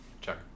Check